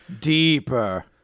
Deeper